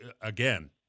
again